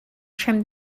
trim